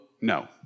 no